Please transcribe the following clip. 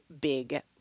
big